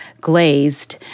glazed